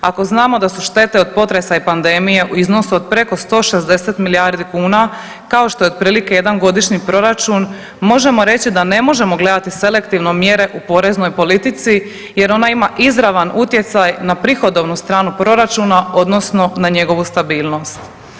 Ako znamo da su štete od potresa i pandemije u iznosu od preko 160 milijardi kuna, kao što je otprilike jedan godišnji proračun, možemo reći da ne možemo gledati selektivno mjere u poreznoj politici jer ona ima izravan utjecaj na prihodovnu stranu proračuna, odnosno na njegovu stabilnost.